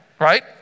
right